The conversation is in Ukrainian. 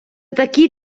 такий